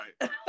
Right